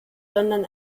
sondern